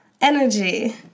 energy